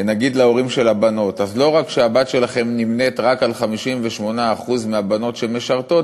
נגיד להורים של הבנות: לא רק שהבת שלכם נמנית רק עם 58% מהבנות שמשרתות,